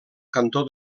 cantó